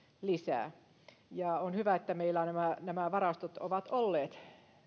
lisää on hyvä että meillä nämä nämä varastot ovat olleet